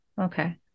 Okay